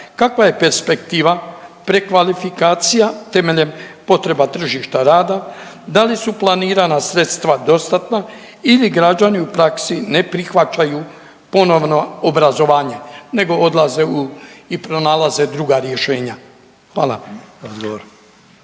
Kakva je perspektiva prekvalifikacija temeljem potreba tržišta rada, da li planirana sredstva dostatna ili građani u praksi ne prihvaćaju ponovno obrazovanje nego odlaze u i pronalaze druga rješenja. Hvala.